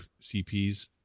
CPs